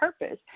purpose